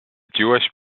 jewish